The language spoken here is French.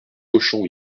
cochons